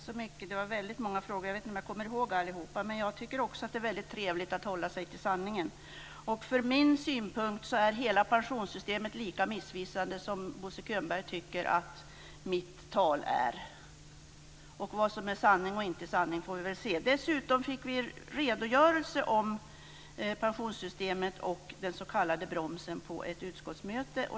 Fru talman! Det var väldigt många frågor. Jag vet inte om jag kommer ihåg alla. Men jag tycker också att det är väldigt trevligt att hålla sig till sanningen. Och från min synpunkt är hela pensionssystemet lika missvisande som Bo Könberg tycker att mitt tal är. Och vad som är sanning och inte sanning får vi väl se. Dessutom fick vi en redogörelse för pensionssystemet och den s.k. bromsen på ett utskottsmöte.